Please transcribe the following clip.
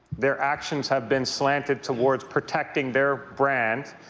their actions have been slanted towards protecting their brand,